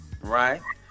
right